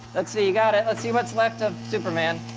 let's see. you got it. let's see what's left of superman.